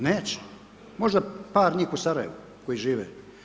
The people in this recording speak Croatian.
Neće. možda par njih u Sarajevu koji žive.